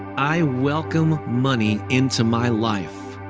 i welcome money into my life.